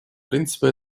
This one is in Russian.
принципы